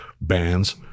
bands